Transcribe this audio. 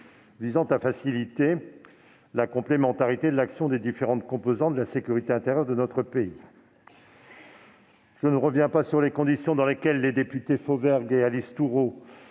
visant à faciliter la complémentarité de l'action des différentes composantes de la sécurité intérieure de notre pays. Je ne reviendrai pas sur les conditions dans lesquelles les députés Jean-Michel Fauvergue et Alice Thourot